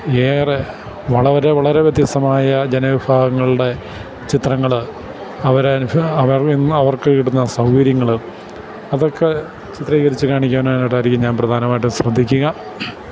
ഏറെ വളരെ വളരെ വ്യത്യസ്തമായ ജനവിഭാഗങ്ങളുടെ ചിത്രങ്ങള് ഇന്ന് അവർക്ക് കിട്ടുന്ന സൗകര്യങ്ങള് അതൊക്കെ ചിത്രീകരിച്ച് കാണിക്കാനായിട്ടായിരിക്കും ഞാൻ പ്രധാനമായിട്ട് ശ്രദ്ധിക്കുക